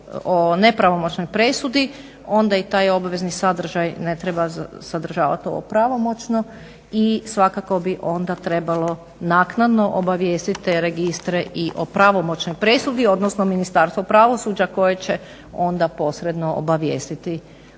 o nepravomoćnoj presudi onda i taj obvezni sadržaj ne treba sadržavati ovo pravomoćno i svakako bi onda trebalo naknadno obavijestit te registre i o pravomoćnoj presudi, odnosno Ministarstvo pravosuđa koje će onda posredno obavijestiti registar.